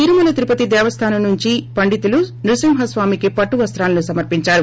తిరుమల తిరుపతి దేవస్థానం నుంచి పండితులు న్వసింహ స్వామికి పట్లు వస్తాలు సమర్పించారు